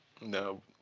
No